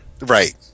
Right